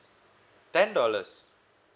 ten dollars